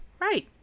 right